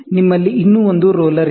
ನಿಮ್ಮಲ್ಲಿ ಇನ್ನೂ ಒಂದು ರೋಲರ್ ಇದೆ